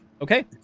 Okay